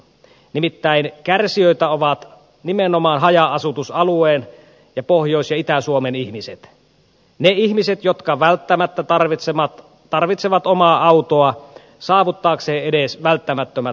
nimittäin kärsijöitä ovat nimenomaan haja asutusalueen ja pohjois ja itä suomen ihmiset ne ihmiset jotka välttämättä tarvitsevat omaa autoa saavuttaakseen edes välttämättömät peruspalvelut